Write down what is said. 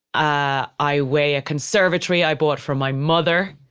i i weigh a conservatory i bought for my mother